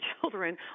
children